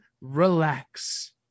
Relax